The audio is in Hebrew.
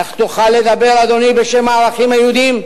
איך תוכל לדבר, אדוני, בשם הערכים היהודיים,